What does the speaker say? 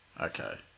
Okay